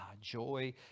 Joy